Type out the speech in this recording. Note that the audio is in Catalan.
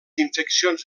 infeccions